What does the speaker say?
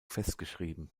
festgeschrieben